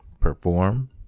perform